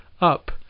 up